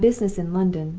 my business in london,